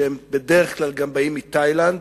שבדרך כלל באים מתאילנד,